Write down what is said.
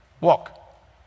Walk